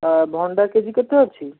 ଭଣ୍ଡା କେଜି କେତେ ଅଛି